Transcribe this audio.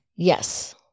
Yes